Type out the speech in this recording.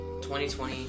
2020